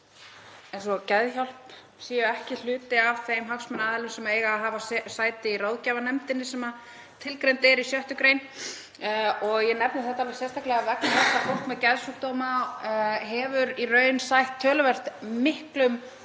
eins og Geðhjálp séu ekki hluti af þeim hagsmunaaðilum sem eiga að hafa sæti í ráðgjafarnefndinni sem tilgreind er í 6. gr.? Ég nefni þetta sérstaklega vegna þess að fólk með geðsjúkdóma hefur í raun sætt töluvert miklum